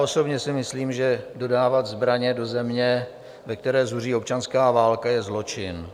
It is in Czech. Osobně si myslím, že dodávat zbraně do země, ve které zuří občanská válka, je zločin.